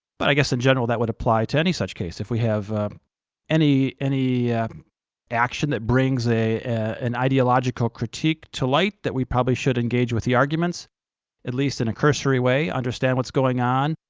but i guess in general that would apply to any such case. if we have any any action that brings an ideological critique to light, that we probably should engage with the arguments at least in a cursory way, understand what's going on.